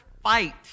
fight